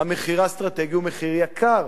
המחיר האסטרטגי הוא מחיר יקר,